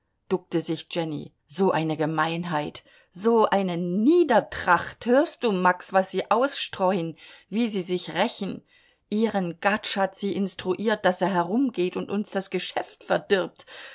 duckte sich jenny so eine gemeinheit so eine niedertracht hörst du max was sie ausstreuen wie sie sich rächen ihren gadsch hat sie instruiert daß er herumgeht und uns das geschäft verdirbt